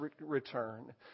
return